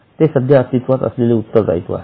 ते सध्या अस्तित्वात असलेले उत्तरदायित्व आहे